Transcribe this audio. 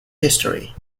history